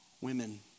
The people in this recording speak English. women